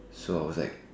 so I was like